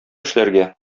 эшләргә